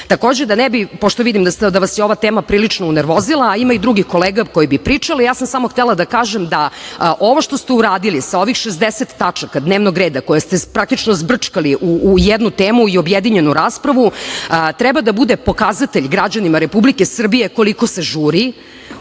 akta. Takođe, pošto vidim da vas je ova tema prilično unervozila, a ima i drugih kolega koji bi pričali, samo sam htela da kažem da ovo što ste uradili sa ovih 60 tačaka dnevnog reda, koje ste praktično zbrčkali u jednu temu i objedinjenu raspravu treba da bude pokazatelj građanima Republike Srbije koliko se žuri